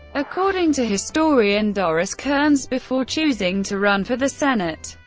according to historian doris kearns, before choosing to run for the senate,